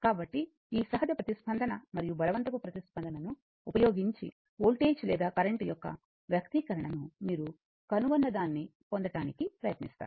కాబట్టి ఈ సహజ ప్రతిస్పందన మరియు బలవంతపు ప్రతిస్పందనను ఉపయోగించి వోల్టేజ్ లేదా కరెంట్ యొక్క వ్యక్తీకరణను మీరు కోరుకున్నదాన్ని పొందటానికి ప్రయత్నిస్తారు